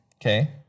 Okay